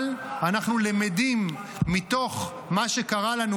אבל אנחנו למדים מתוך מה שקרה לנו,